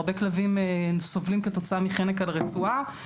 הרבה כלבים סובלים כתוצאה מחנק על הרצועה.